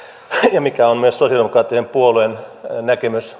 ja mikä on myös sosialidemokraattisen puolueen näkemys